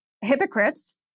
hypocrites